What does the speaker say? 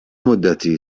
مدتی